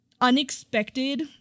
unexpected